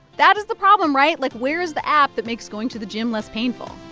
that is the problem. right? like, where is the app that makes going to the gym less painful?